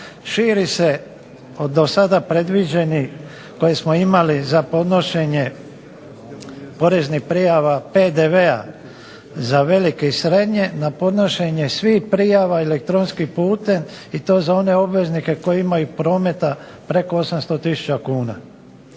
Širi se do sada predviđeni koji smo imali za podnošenje poreznih prijava PDV-a za velike i srednje na podnošenje svih prijava elektronskim putem i to za one obveznike koji imaju prometa preko 800 tisuća kuna.